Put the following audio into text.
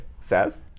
Seth